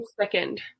Second